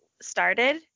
started